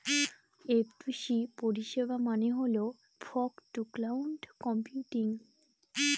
F two C পরিষেবা মানে হল ফগ টু ক্লাউড কম্পিউটিং